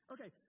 Okay